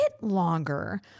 longer